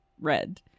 red